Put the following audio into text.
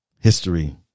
History